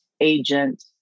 agent